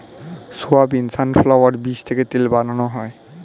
soybean, sunflower বীজ থেকে তেল বানানো হয়